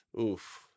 Oof